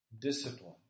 discipline